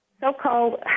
so-called